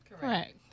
Correct